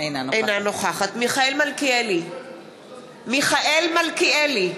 אינה נוכחת מיכאל מלכיאלי,